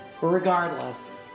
Regardless